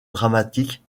dramatique